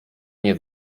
nie